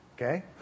Okay